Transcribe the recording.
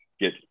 get